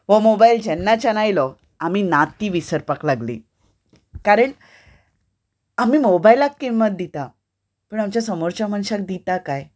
हो मोबायल जेन्नाच्यान आयलो आमी नातीं विसरपाक लागलीं कारण आमी मोबायलाक किंमत दिता पूण आमच्या समोरच्या मनशाक दितात कांय